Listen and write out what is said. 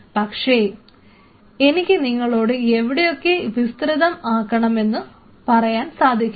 പക്ഷേ എനിക്ക് നിങ്ങളോട് എവിടെയൊക്കെ വിസ്തൃതം ആക്കണമെന്ന് പറയാൻ സാധിക്കില്ല